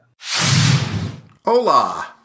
Hola